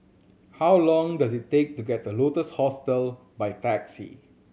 how long does it take to get to Lotus Hostel by taxi